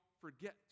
forget